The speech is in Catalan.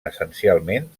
essencialment